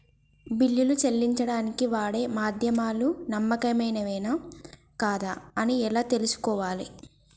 బిల్లులు చెల్లించడానికి వాడే మాధ్యమాలు నమ్మకమైనవేనా కాదా అని ఎలా తెలుసుకోవాలే?